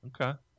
Okay